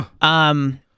Um-